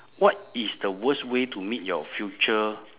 what is the worst way to meet your future